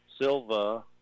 Silva